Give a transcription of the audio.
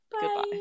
Goodbye